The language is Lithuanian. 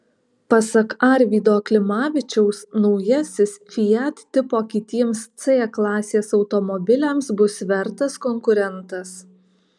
pasak arvydo klimavičiaus naujasis fiat tipo kitiems c klasės automobiliams bus vertas konkurentas